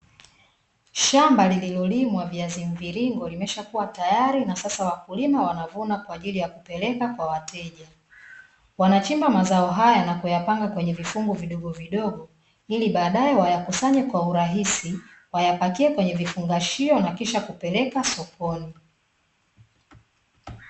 Shamba lililolimwa viazi mviringo limeshakuwa tayari na sasa wakulima wanavuna kwa ajili ya kupeleka kwa wateja. Wanachimba mazao haya na kuyapanga kwenye vifungu vidogovidogo ili baadae wayakusanye kwa urahisi, wayapakie kwenye vifungashio na kisha kupeleka sokoni.